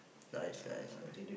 nice nice nice